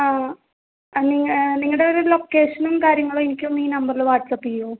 ആ ആ നിങ്ങൾ നിങ്ങടെയൊരു ലൊക്കേഷനും കാര്യങ്ങളും എനിക്കൊന്ന് ഈ നമ്പറിൽ വാട്സപ്പ് ചെയ്യുവോ